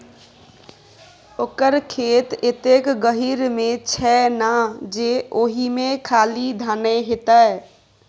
ओकर खेत एतेक गहीर मे छै ना जे ओहिमे खाली धाने हेतै